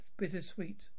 bittersweet